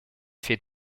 fait